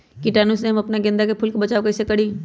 कीटाणु से हम अपना गेंदा फूल के बचाओ कई से करी?